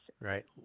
Right